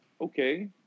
okay